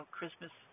Christmas